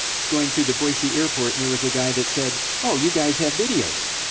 was going through the boise airport, and there was a guy that said, oh, you guys have videos.